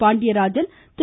Pandiarajan Thiru